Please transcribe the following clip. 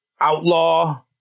outlaw